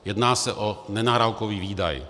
Jedná se o nenárokový výdaj.